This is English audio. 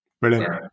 Brilliant